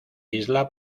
isla